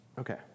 Okay